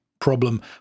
problem